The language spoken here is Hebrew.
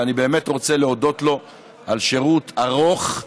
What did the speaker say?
ואני באמת רוצה להודות לו על שירות ארוך,